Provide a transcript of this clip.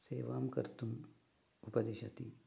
सेवां कर्तुम् उपदिशति